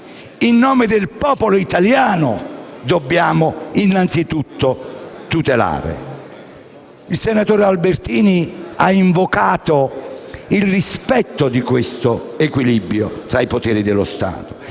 in nome del popolo italiano, dobbiamo innanzitutto tutelare. Il senatore Albertini ha invocato il rispetto di questo equilibrio tra i poteri dello Stato